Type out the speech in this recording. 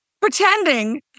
pretending